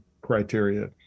criteria